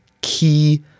key